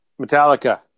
Metallica